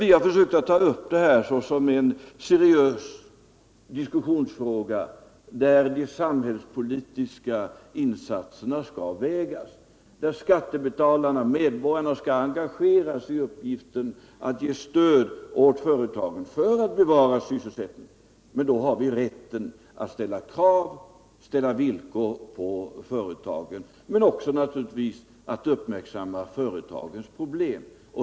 Vi har försökt ta upp detta till en 3 april 1978 seriös diskussion. Medborgarna skall engageras i den uppgiften att ge stöd åt företagen för att bevara sysselsättningen. Då har vi rätt att ställa krav på företagen men också naturligtvis skyldighet att uppmärksamma företagens problem.